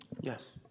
Yes